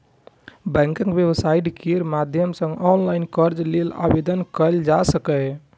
बैंकक वेबसाइट केर माध्यम सं ऑनलाइन कर्ज लेल आवेदन कैल जा सकैए